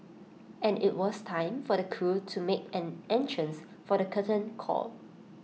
and IT was time for the crew to make an entrance for the curtain call